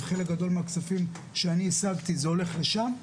חלק גדול מהכספים שאני השגתי הולך לשם,